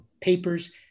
papers